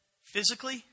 physically